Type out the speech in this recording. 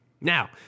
Now